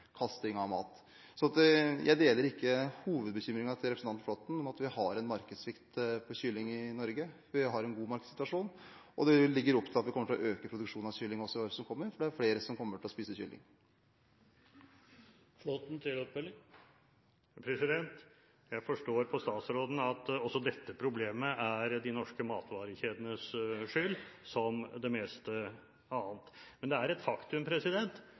kasting av mat. Så jeg deler ikke hovedbekymringen til representanten Flåtten om at vi har en svikt på kylling i Norge. Vi har en god markedssituasjon, og det legges også opp til at vi kommer til å øke produksjonen av kylling i året som kommer, for det er flere som kommer til å spise kylling. Jeg forstår på statsråden at også dette problemet er de norske matvarekjedenes skyld, som det meste annet. Men det er et faktum